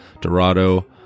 dorado